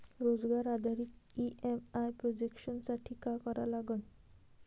रोजगार आधारित EMI projection साठी का करा लागन?